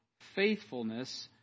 faithfulness